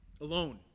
Alone